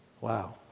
Wow